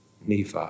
Nephi